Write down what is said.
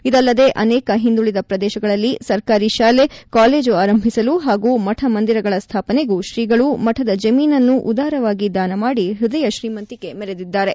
ಇದಲ್ಲದೆ ಅನೇಕ ಹಿಂದುಳಿದ ಪ್ರದೇಶದಲ್ಲಿ ಸರ್ಕಾರಿ ಶಾಲೆ ಕಾಲೇಜು ಆರಂಭಿಸಲು ಹಾಗೂ ಮಠ ಮಂದಿರಗಳ ಸ್ಟಾಪನೆಗೂ ಶ್ರೀಗಳು ಮಠದ ಜಮೀನನ್ನೂ ಉದಾರವಾಗಿ ದಾನ ಮಾಡಿ ಹೃದಯ ಶ್ರೀಮಂತಿಕೆ ಮೆರೆದಿದ್ದಾರೆ